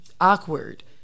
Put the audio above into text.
awkward